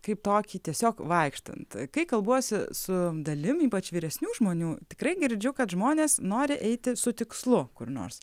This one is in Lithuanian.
kaip tokį tiesiog vaikštant kai kalbuosi su dalim ypač vyresnių žmonių tikrai girdžiu kad žmonės nori eiti su tikslu kur nors